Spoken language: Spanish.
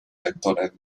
sectores